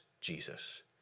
Jesus